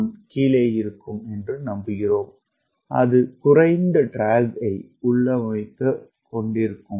1 கீழே இருக்கும் என்று நம்புகிறோம் அது குறைந்த இழுவை உள்ளமைவைக் கொண்டிருக்கும்